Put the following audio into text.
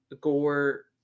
Gore